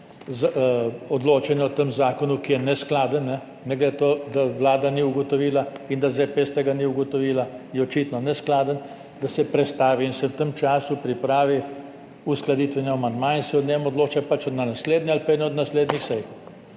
odločanje o tem zakonu, ki je neskladen, ne glede na to, da Vlada ni ugotovila in da ZPS tega ni ugotovila, je očitno neskladen, da se prestavi in se v tem času pripravi uskladitveni amandma in se o njem odloča na naslednji ali pa eni od naslednjih sej.